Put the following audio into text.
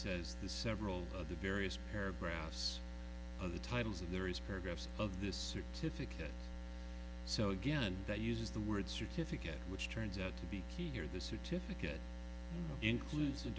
says there's several other various paragraphs other titles and there is progress of this certificate so again that uses the word certificate which turns out to be key here the certificate inclu